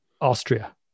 Austria